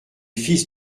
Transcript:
fils